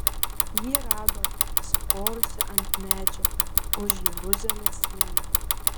jį rado pasikorusį ant medžio už jeruzalės sienų